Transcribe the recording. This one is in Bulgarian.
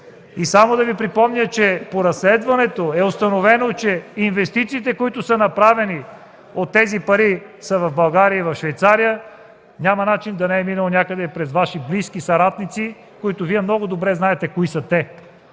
Само ще Ви припомня, че по разследването е установено, че инвестициите, които са направени от тези пари, са в България и в Швейцария. Няма начин да не е минал някъде през Ваши близки съратници. Вие много добре знаете кои са те.